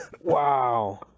Wow